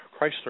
Chrysler